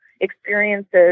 experiences